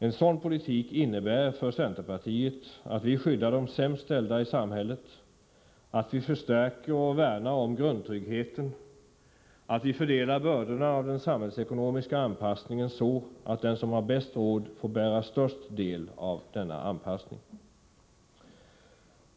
En sådan politik innebär för centerpartiet att vi skyddar de sämst ställda i samhället, att vi förstärker och värnar om grundtryggheten, att vi fördelar bördorna av den samhällsekonomiska anpassningen så att den som har bäst råd får ta störst del av denna anpassning.